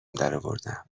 درآوردم